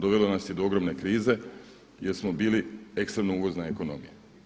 Dovelo nas je do ogromne krize jer smo bili ekstremno uvozna ekonomija.